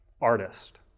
artist